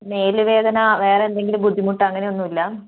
മേല് വേദന വേറെ എന്തെങ്കിലും ബുദ്ധിമുട്ട് അങ്ങനെ ഒന്നുമില്ല